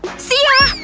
see ya!